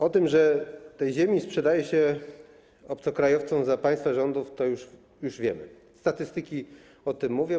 O tym, że tę ziemię sprzedaje się obcokrajowcom za państwa rządów, już wiemy, statystyki o tym mówią.